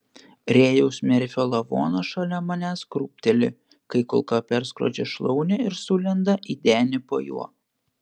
rėjaus merfio lavonas šalia manęs krūpteli kai kulka perskrodžia šlaunį ir sulenda į denį po juo